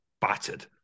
battered